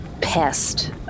pest